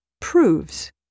proves